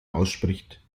ausspricht